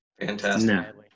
Fantastic